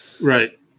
right